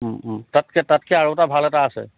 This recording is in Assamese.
তাতকে তাতকে আৰু এটা ভাল এটা আছে